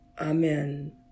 Amen